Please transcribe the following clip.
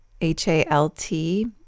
H-A-L-T